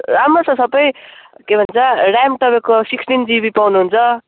राम्रो छ सबै के भन्छ ऱ्याम तपाईँको सिक्सटिन जिबी पाउनु हुन्छ